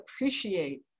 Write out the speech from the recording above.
appreciate